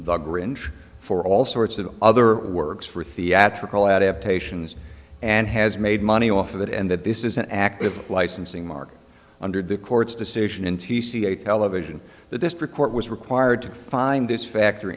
the grinch for all sorts of other works for theatrical adaptations and has made money off of it and that this is an active licensing market under the court's decision in t c a television the district court was required to find this factor